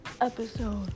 episode